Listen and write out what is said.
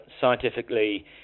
scientifically